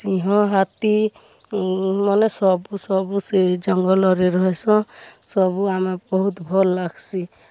ସିଂହ ହାତୀ ମାନେ ସବୁ ସବୁ ସେ ଜଙ୍ଗଲ୍ରେ ରହେସନ୍ ସବୁ ଆମେ ବହୁତ୍ ଭଲ୍ ଲାଗ୍ସି